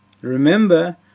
remember